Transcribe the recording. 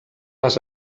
les